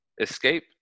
Escape